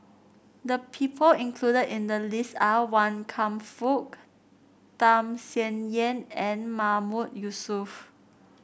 the people included in the list are Wan Kam Fook Tham Sien Yen and Mahmood Yusof